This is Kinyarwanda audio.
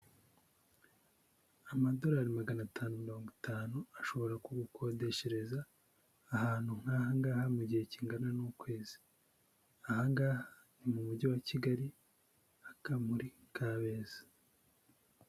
Amadolari magana atanu mirongo itanu, ashobora kugukodeshereza ahantu nk'aha ngaha, mu gihe kingana n'ukwezi, aha nga ni mu mujyi wa Kigali hakaba muri Kabeza.